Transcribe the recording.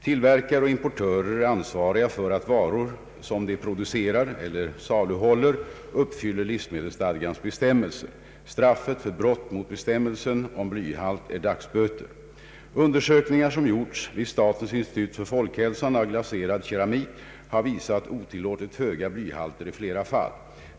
Tillverkare och importörer är ansvariga för att varor som de producerar eller saluhåller uppfyller livsmedelsstadgans bestämmelser. Straffet för brott mot bestämmelsen om blyhalt är dagsböter. Undersökningar som gjorts vid statens institut för folkhälsan av glaserad keramik har visat otillåtet höga blyhalter i flera fall.